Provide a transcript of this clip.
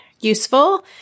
useful